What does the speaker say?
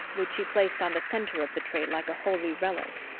which she placed on the center of the tray like a holy relic.